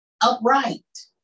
Upright